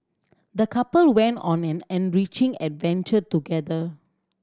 the couple went on an enriching adventure together